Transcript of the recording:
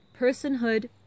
personhood